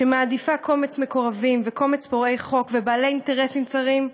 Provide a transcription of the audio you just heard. שמעדיפה קומץ מקורבים וקומץ פורעי חוק ובעלי אינטרסים צרים,